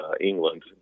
England